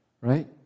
Right